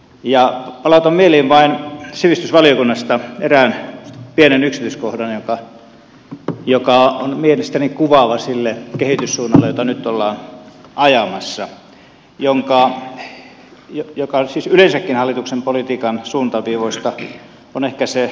palautan vain mieliin sivistysvaliokunnasta erään pienen yksityiskohdan joka on mielestäni kuvaava sille kehityssuunnalle jota nyt ollaan ajamassa joka siis yleensäkin hallituksen politiikan suuntaviivoista on ehkä se huolestuttavin